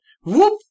whoop